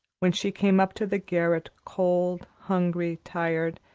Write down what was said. when she came up to the garret cold, hungry, tired,